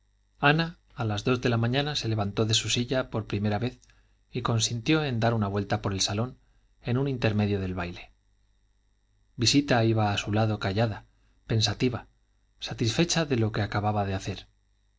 ana a las dos de la mañana se levantó de su silla por vez primera y consintió en dar una vuelta por el salón en un intermedio del baile visita iba a su lado callada pensativa satisfecha de lo que acababa de hacer